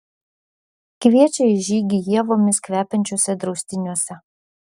kviečia į žygį ievomis kvepiančiuose draustiniuose